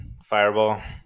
fireball